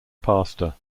pastor